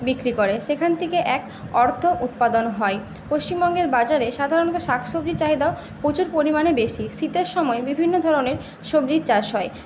বিক্রি করে সেখান থেকে এক অর্থ উৎপাদন হয় পশ্চিমবঙ্গের বাজারে সাধারণত শাকসবজির চাহিদাও প্রচুর পরিমাণে বেশি শীতের সময় বিভিন্ন ধরণের সবজি চাষ হয়